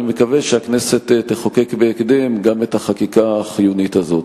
אני מקווה שהכנסת תחוקק בהקדם גם את החקיקה החיונית הזאת.